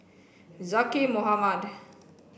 Zaqy Mohamad